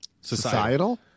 Societal